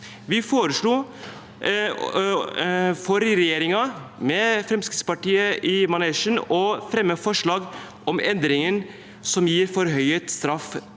Vi foreslo for regjeringen med Fremskrittspartiet i manesjen å fremme forslag om endringer som gir forhøyet straff